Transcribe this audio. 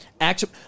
action